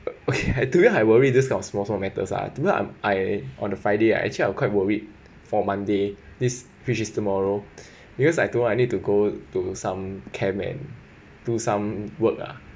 okay I told you I worry this kind of small small matters lah don't know I'm I on the friday I actually I'm quite worried for monday this which is tomorrow because I told I need to go to some camp and do some work ah